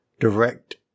Direct